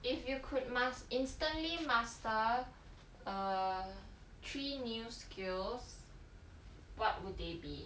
if you could mas~ instantly master err three new skills what would they be